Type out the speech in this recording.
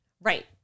right